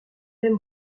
aime